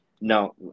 No